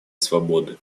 свободы